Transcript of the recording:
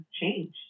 change